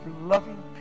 loving